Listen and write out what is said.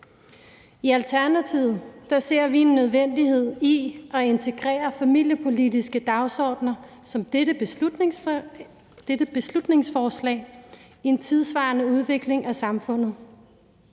I Alternativet ser vi en nødvendighed i at integrere familiepolitiske dagsordener som dette beslutningsforslag i en tidssvarende udvikling af samfundet.